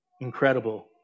incredible